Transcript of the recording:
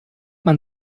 man